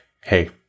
Hey